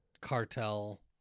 cartel